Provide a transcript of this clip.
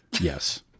Yes